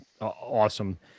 awesome